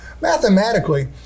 Mathematically